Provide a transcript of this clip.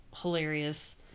hilarious